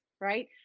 right